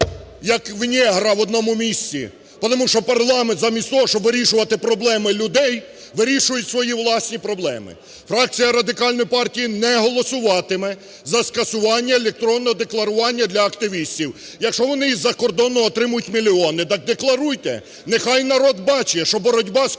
як у негра в одному місці, тому що парламент замість того, щоб вирішувати проблеми людей, вирішує свої власні проблеми. Фракція Радикальної партії не голосуватиме за скасування електронного декларування для активістів. Якщо вони з-за кордону отримують мільйони, так декларуйте! Нехай народ бачить, що боротьба з корупцією